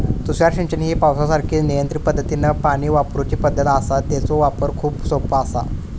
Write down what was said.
तुषार सिंचन ही पावसासारखीच नियंत्रित पद्धतीनं पाणी वापरूची पद्धत आसा, तेचो वापर खूप सोपो आसा